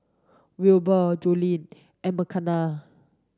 Wilber Joellen and Makena